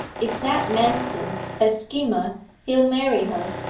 if that manston's a schemer he'll marry her,